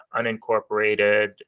unincorporated